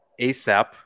ASAP